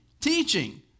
teaching